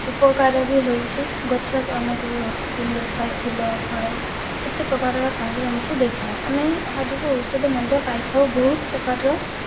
ଉପକାର ବି ହୋଇଛି ଗଛ ଆମକୁ ଅକ୍ସିଜେନ୍ ଦେଇଥାଏ ଫୁଲ ଫଳ କେତେ ପ୍ରକାର ସାମଗ୍ରୀ ଆମକୁ ଦେଇଥାଏ ଆମେ ଏହା ଯୋଗୁଁ ଔଷଧ ମଧ୍ୟ ପାଇ ଥାଉ ବହୁତ ପ୍ରକାରର